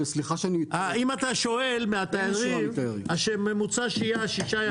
אם אתה שואל, ממוצע שהייה שישה ימים.